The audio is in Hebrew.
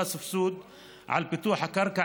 על פיתוח הקרקע,